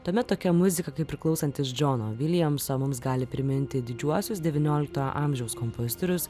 tuomet tokia muzika kaip priklausantis džono viljamso mums gali priminti didžiuosius devynioliktojo amžiaus kompozitorius